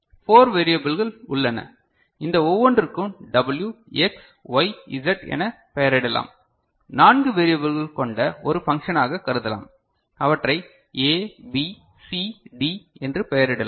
4 வேரியபில்கள் உள்ளன இந்த ஒவ்வொன்றிற்கும் W X Y Z என பெயரிடலாம் நான்கு வேரியபில்கள் கொண்ட ஒரு பண்க்ஷனாக கருதலாம் அவற்றை A B C D என்று பெயரிடலாம்